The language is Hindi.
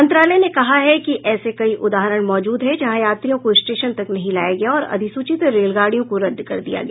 मंत्रालय ने कहा है कि ऐसे कई उदाहरण मौजूद हैं जहां यात्रियों को स्टेशन तक नहीं लाया गया और अधिसूचित रेलगाड़ियों को रद्द कर दिया गया